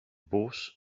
boss